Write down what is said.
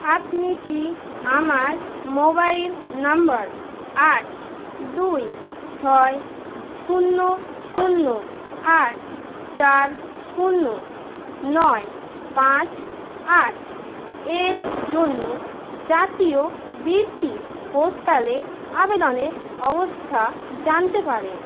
আপনি কি আমার মোবাইল নম্বর আট দুই ছয় শূন্য শূন্য আট চার শূন্য নয় পাঁচ আট এর জন্য জাতীয় বৃত্তি পোর্টালে আবেদনের অবস্থা জানতে পারেন